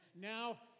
now